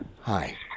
Hi